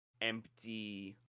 empty